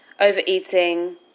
overeating